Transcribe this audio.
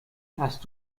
hast